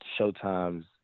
Showtime's